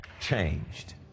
changed